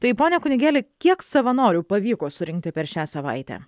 tai pone kunigėli kiek savanorių pavyko surinkti per šią savaitę